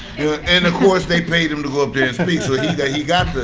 and of course they paid him to go up there and speak. so he got he got the,